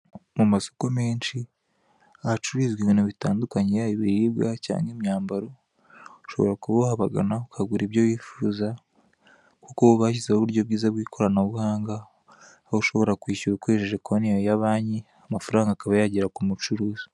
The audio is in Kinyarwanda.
Mu masoko menshi ahacururizwa ibintu bitandukanye, yaba ibiribwa cyangwa imyambaro ushobora kuba wabagana ukagura ibyo wifuza, kuko bashyizeho uburyo bwiza bw'ikoranabuhanga, aho ushobora kwishyura ukoresheje konti ya banki amafaranga akaba yagera ku mucuruzi.